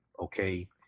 Okay